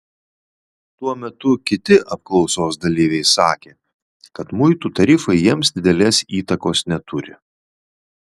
tuo metu kiti apklausos dalyviai sakė kad muitų tarifai jiems didelės įtakos neturi